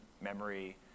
memory